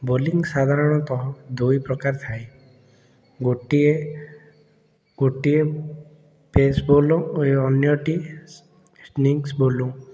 bowling ସାଧାରଣତଃ ଦୁଇ ପ୍ରକାର ଥାଏ ଗୋଟିଏ ଗୋଟିଏ ପେସ୍ ବୋଲିଂ ଓ ଅନ୍ୟଟି ସ୍ପିନ୍ ବୋଲିଂ